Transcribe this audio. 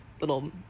little